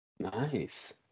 Nice